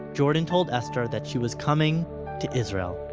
jordan told esther that she was coming to israel